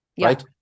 right